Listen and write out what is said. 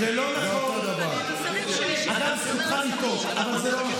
הגדלתם בחצי את המלגות